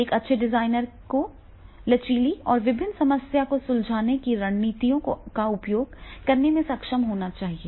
एक अच्छे डिजाइनर को लचीली और विभिन्न समस्या को सुलझाने की रणनीतियों का उपयोग करने में सक्षम होना चाहिए